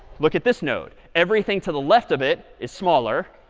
look at this node. everything to the left of it is smaller.